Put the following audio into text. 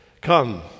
Come